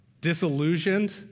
disillusioned